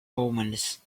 omens